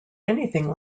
anything